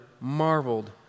marveled